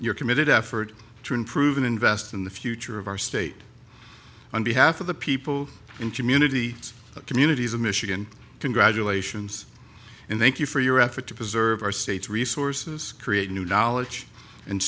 your committed effort to improve and invest in the future of our state on behalf of the people and community communities of michigan congratulations and thank you for your effort to preserve our state's resources create new knowledge and